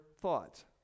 thoughts